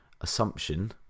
assumption